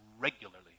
regularly